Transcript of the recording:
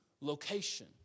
location